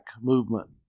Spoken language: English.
movement